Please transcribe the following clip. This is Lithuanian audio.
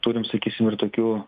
turim sakysim ir tokių